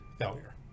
failure